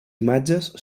imatges